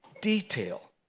detail